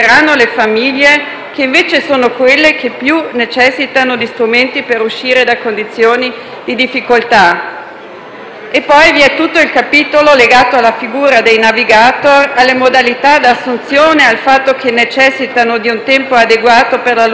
che invece sono quelle che più necessitano di strumenti per uscire da condizioni di difficoltà. Poi vi è tutto il capitolo legato alla figura dei *navigator*, alle modalità di assunzione, al fatto che necessitano di un tempo adeguato per la loro formazione,